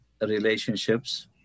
relationships